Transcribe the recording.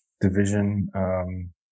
division